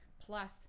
plus